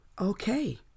Okay